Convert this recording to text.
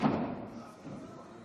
ואני